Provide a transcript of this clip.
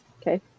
Okay